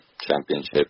championship